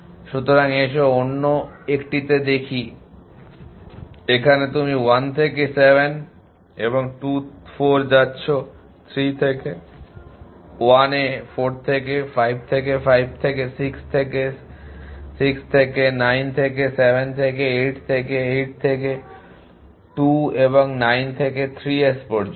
সুতরাং এসো অন্য 1 টিতে দেখি এখানে তুমি 1 থেকে 7 এবং 2 4 যাচ্ছেন 3 থেকে 1 এ 4 থেকে 5 থেকে 5 থেকে 6 থেকে 6 থেকে 9 থেকে 7 থেকে 8 থেকে 8 থেকে 2 এবং 9 থেকে 3 S পর্যন্ত